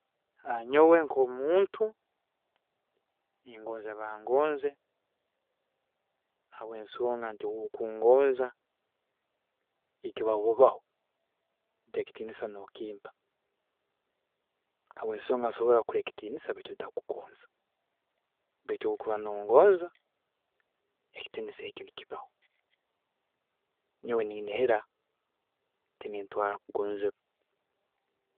Nyowe nk'omuntu ningoonza bangoonze, habwensonga nti obu okungoonza nikibaho bubaho, hati ekitiininsa nokimpa habwensonga nsobola kukuha ekitiinisa baitu ntarikukugonza baitu obu okuba nongoonza, ekitiinisa eki nikibaho, nyowe niinihira nti nintwaara kugonzibwa.